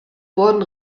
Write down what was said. wurden